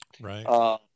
Right